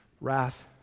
wrath